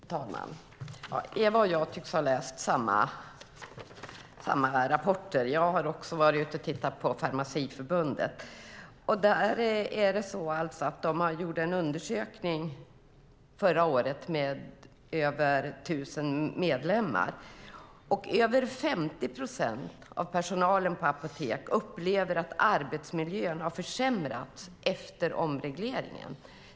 Fru talman! Eva Olofsson och jag tycks ha läst samma rapporter. Jag har också tittat på Farmaciförbundet. De gjorde alltså en undersökning förra året med över tusen medlemmar. Över 50 procent av personalen på apotek upplever att arbetsmiljön har försämrats efter omregleringen.